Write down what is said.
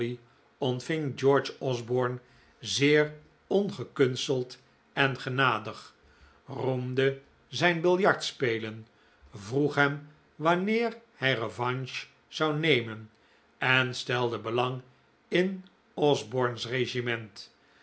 ontving george osborne zeer ongekunsteld en genadig roemde zijn biljartspelen vroeg hem wanneer hij revanche zou nemen en stelde belang in osborne's regiment